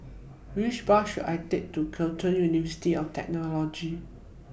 Which Bus should I Take to Curtin University of Technology